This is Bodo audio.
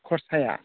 खरसाया